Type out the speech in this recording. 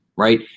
Right